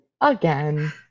Again